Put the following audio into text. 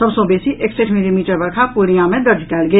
सभ सँ बेसी एकसठि मिलीमीटर वर्षा पूर्णियां मे दर्ज कयल गेल